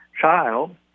child